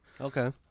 Okay